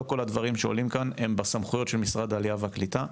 לא כל הדברים שעולים כאן הם בסמכויות של משרד העלייה והקליטה,